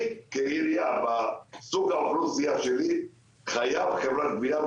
אני כעירייה עם סוג האוכלוסייה שלי חייב חברת גבייה,